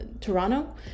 Toronto